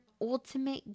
ultimate